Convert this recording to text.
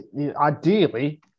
ideally